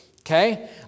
Okay